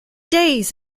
days